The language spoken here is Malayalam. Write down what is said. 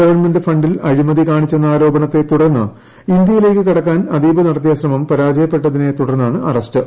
ഗവൺമെന്റ് ഫണ്ടിൽ അഴിമതി കാണിച്ചെന്ന ആരോപണത്തെ തുടർന്ന് ഇന്ത്യയിലേക്ക് കടക്കാൻ അദീബ് നടത്തിയ ശ്രമം പരാജയപ്പെട്ടതിനെ തുടർന്നാണ് അറസ്റ്റ്